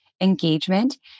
engagement